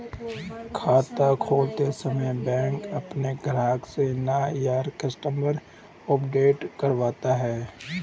खाता खोलते समय बैंक अपने ग्राहक से नो योर कस्टमर अपडेट करवाता है